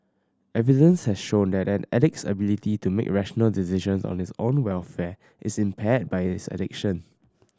evidence has shown that an addict's ability to make rational decisions on his own welfare is impaired by his addiction